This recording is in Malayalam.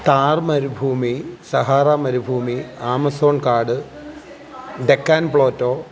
താർ മരുഭൂമി സഹാറ മരുഭൂമി ആമസോൺ കാട് ഡെക്കാൻ പ്ലോറ്റോ